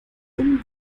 dem